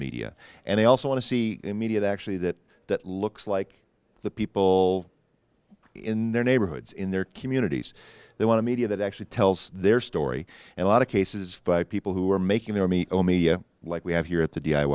media and they also want to see immediate actually that that looks like the people in their neighborhoods in their communities they want to media that actually tells their story and a lot of cases by people who are making their meet all media like we have here at the